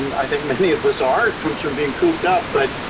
i think many of us are. it comes from being cooped up. but,